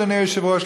אדוני היושב-ראש,